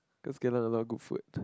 cause Geylang a lot of good food